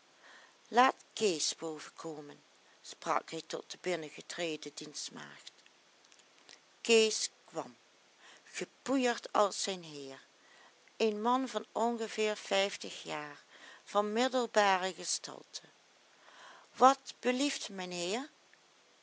laat kees boven komen sprak hij tot de binnengetreden dienstmaagd kees kwam gepoeierd als zijn heer een man van ongeveer vijftig jaar van middelbare gestalte wat belieft meheer